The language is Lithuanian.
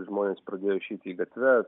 žmonės pradėjo išeiti į gatves